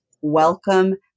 welcome